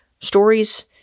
stories